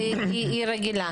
זה ממש לא נכון.